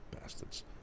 bastards